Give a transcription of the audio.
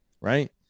Right